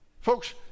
folks